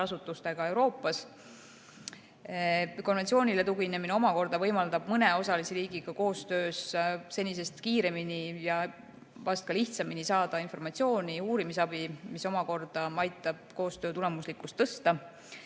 partnerasutustega Euroopas. Konventsioonile tuginemine omakorda võimaldab mõne osalisriigiga koostöös senisest kiiremini ja vahest ka lihtsamini saada informatsiooni, uurimisabi, mis omakorda aitab koostöö tulemuslikkust tõsta.